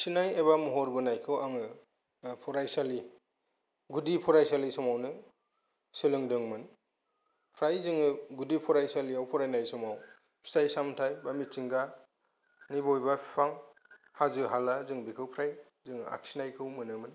आखिनाय एबा महर बोनायखौ आङो फरायसालि गुदि फरायसालि समावनो सोलोंदोंमोन फ्राय जोङो गुदि फरायसालियाव फरायनाय समाव फिथाइ सामथाय बा मिथिंगा बबेबा फिफां हाजो हाला जों बेखौ फ्राय जोङो आखिनायखौ मोनोमोन